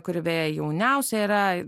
kuri beje jauniausia yra